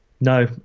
No